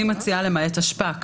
אני מציעה לכתוב "למעט אשפה".